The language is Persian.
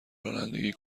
رانندگی